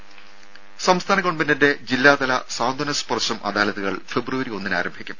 രും സംസ്ഥാന ഗവൺമെന്റിന്റെ ജില്ലാതല സാന്ത്വന സ്പർശം അദാലത്തുകൾ ഫെബ്രുവരി ഒന്നിന് ആരംഭിക്കും